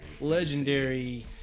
legendary